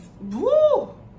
Woo